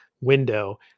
window